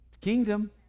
Kingdom